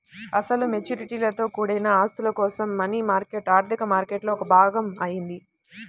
అసలు మెచ్యూరిటీలతో కూడిన ఆస్తుల కోసం మనీ మార్కెట్ ఆర్థిక మార్కెట్లో ఒక భాగం అయింది